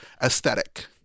aesthetic